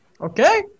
Okay